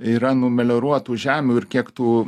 yra numelioruotų žemių ir kiek tų